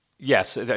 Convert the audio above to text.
Yes